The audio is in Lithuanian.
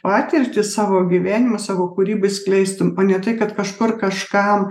patirtį savo gyvenimą savo kūrybą išskleistum o ne tai kad kažkur kažkam